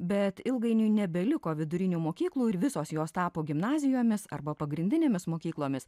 bet ilgainiui nebeliko vidurinių mokyklų ir visos jos tapo gimnazijomis arba pagrindinėmis mokyklomis